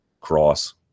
cross